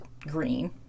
green